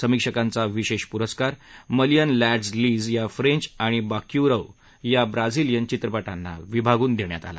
समीक्षकांचा विशेष पुरस्कार मलिअन लेंड्ज लीज या फ्रेंच आणि बाक्युरौ या ब्राझीलीअन चित्रपटांना विभागून देण्यात आला